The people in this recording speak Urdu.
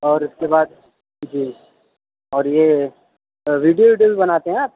اور اس کے بعد جی اور یہ ویڈیو ویڈیو بھی بناتے ہیں آپ